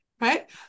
right